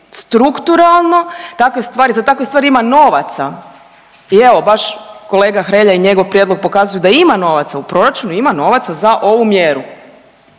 stvari, za takve stvari ima novaca i evo vaš kolega Hrelja i njegov prijedlog pokazuju da ima novaca u proračunu, ima novaca za ovu mjeru.